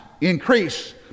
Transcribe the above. increase